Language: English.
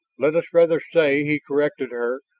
let us rather say, he corrected her,